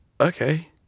okay